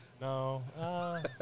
No